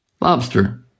lobster